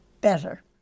better